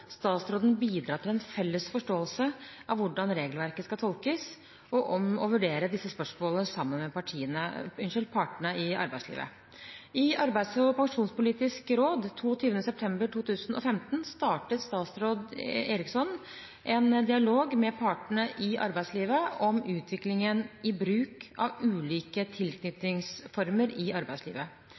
statsråden bidra til en felles forståelse av hvordan regelverket skal tolkes, og om å vurdere disse spørsmålene sammen med partene i arbeidslivet. I Arbeidslivs- og pensjonspolitisk råd 22. september 2015 startet daværende statsråd Eriksson en dialog med partene i arbeidslivet om utviklingen i bruk av ulike tilknytningsformer i arbeidslivet.